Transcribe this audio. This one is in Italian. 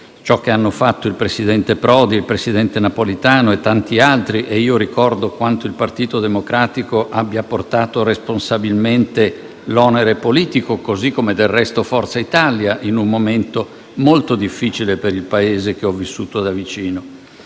ciò che hanno fatto il presidente Prodi e il presidente Napolitano e tanti altri. Ricordo quanto il Partito Democratico abbia portato responsabilmente l'onere politico, così come del resto Forza Italia, in un momento molto difficile per il Paese che ho vissuto da vicino.